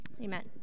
Amen